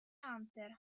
hunter